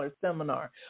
seminar